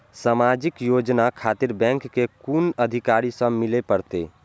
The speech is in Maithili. समाजिक योजना खातिर बैंक के कुन अधिकारी स मिले परतें?